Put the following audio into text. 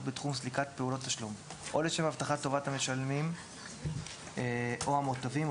בתחום סליקת פעולות תשלום או לשם הבטחת טובת המשלמים או המוטבים,